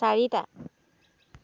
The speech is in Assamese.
চাৰিটা